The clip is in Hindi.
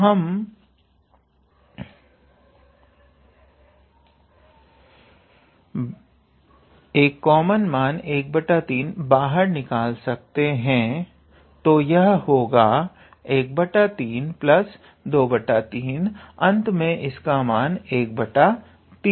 तो हम 13 बाहर निकाल सकते हैं तो यह होगा 1323 अंत में इसका मान होगा 13